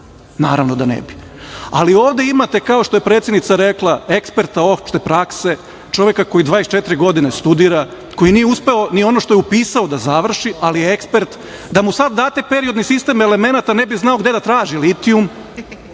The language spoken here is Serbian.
Naravno da ne bi. Ali, ovde imate, kao što je predsednica rekla, eksperta opšte prakse, čoveka koji 24 godine studira, koji nije uspeo ni ono što je upisao da završi, ali je ekspert. Da mu sad date periodni sistem elemenata ne bi znao gde da traži litijum,